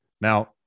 Now